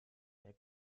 der